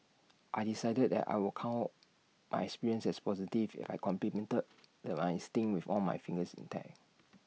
I decided that I would count my experience as positive if I completed that my stint with all my fingers intact